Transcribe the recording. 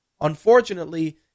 Unfortunately